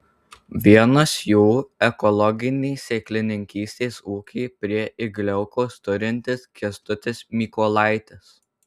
vienas jų ekologinį sėklininkystės ūkį prie igliaukos turintis kęstutis mykolaitis